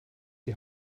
die